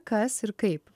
kas ir kaip